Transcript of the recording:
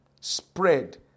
spread